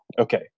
Okay